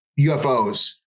UFOs